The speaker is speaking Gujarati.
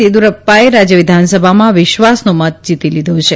વેદીયુરપ્પાએ રાજ્ય વિધાનસભામાં વિશ્વાસનો મત જીતી લીધો છે